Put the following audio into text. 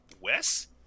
Wes